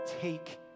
take